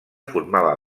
formava